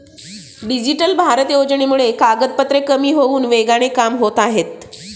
digital Bharat योजनेमुळे कागदपत्रे कमी होऊन वेगाने कामे होत आहेत